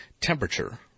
temperature